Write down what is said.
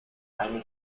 eine